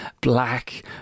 black